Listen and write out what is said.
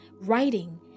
Writing